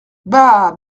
bah